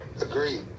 agreed